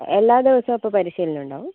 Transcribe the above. എല്ലാ ദിവസവും അപ്പോൾ പരിശീലനം ഉണ്ടാവും